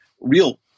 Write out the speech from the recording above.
real